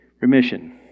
remission